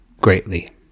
greatly